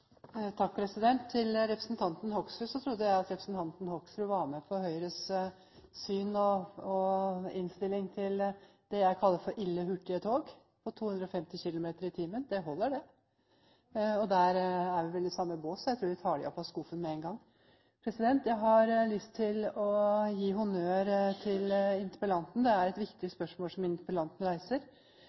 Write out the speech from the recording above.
Til representanten Hoksrud: Jeg trodde at representanten Hoksrud delte Høyres syn på og innstilling til det jeg kaller for ille hurtige tog, som går i 250 km/t. Det holder, det! Der er vi vel i samme bås, så jeg tror vi tar det opp av skuffen med en gang. Jeg har lyst til å gi honnør til interpellanten. Det er et viktig spørsmål som interpellanten reiser.